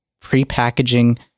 pre-packaging